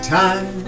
time